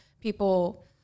people